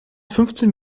fünfzehn